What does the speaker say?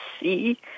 see